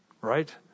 right